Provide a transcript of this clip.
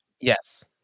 Yes